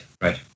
right